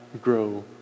grow